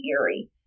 eerie